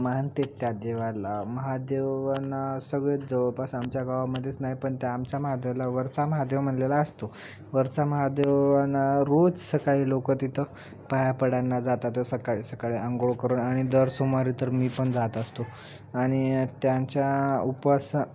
मानतात त्या देवाला महादेवांना सगळेच जवळपास आमच्या गावामध्येच नाही पण त्या आमच्या महादेवाला वरचा महादेव म्हटलेला असतो वरचा महादेवांना रोज सकाळी लोक तिथं पाया पड्यांना जातात सकाळी सकाळी आंघोळ करून आणि दर सोमवारी तर मी पण जात असतो आणि त्यांच्या उपवासा